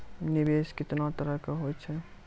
निवेश केतना तरह के होय छै?